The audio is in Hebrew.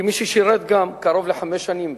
כמי ששירת גם קרוב לחמש שנים